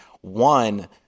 One